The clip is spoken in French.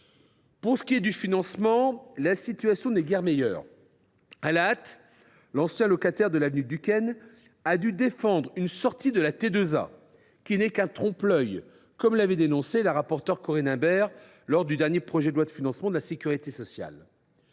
Pour ce qui est du financement, la situation n’est guère meilleure. À la hâte, l’ancien locataire de l’avenue Duquesne a dû défendre une « sortie de la T2A », qui n’est qu’un trompe l’œil, comme l’avait dénoncé la rapporteure Corinne Imbert lors de l’examen du dernier projet de loi de financement de la sécurité sociale